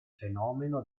fenomeno